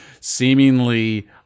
seemingly